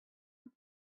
out